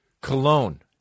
cologne